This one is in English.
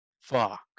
fuck